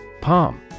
Palm